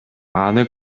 аны